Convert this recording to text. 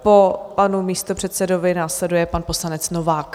Po panu místopředsedovi následuje pan poslanec Novák.